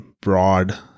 broad